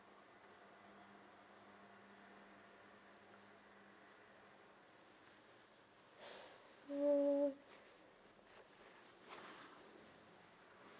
so